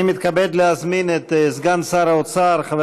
אני מתכבד להזמין את סגן שר האוצר חבר